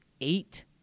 eight